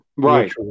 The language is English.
Right